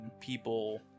people